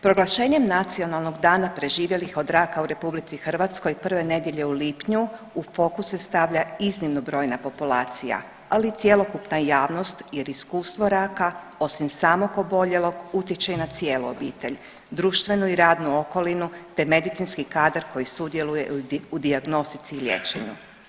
Proglašenjem Nacionalnog dana preživjelih od raka u Republici Hrvatskoj prve nedjelje u lipnju u fokus se stavlja iznimno brojna populacija, ali i cjelokupna javnost jer iskustvo raka osim samog oboljelog utječe i na cijelu obitelj, društvenu i radnu okolinu, te medicinski kadar koji sudjeluje u dijagnostici i liječenju.